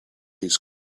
his